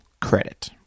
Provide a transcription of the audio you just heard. credit